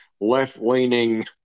left-leaning